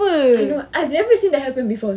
I know I've never seen that happen before